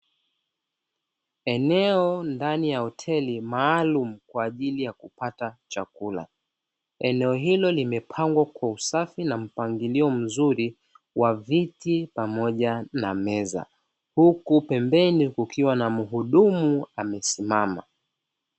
Eneo ndani ya hoteli maalumu kwa ajili ya kupata chakula. Eneo hilo limepambwa kwa usafi na mpangilio mzuri wa viti pamoja na meza. Huku pembeni kukiwa na mhudumu amesimama.